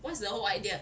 what's the whole idea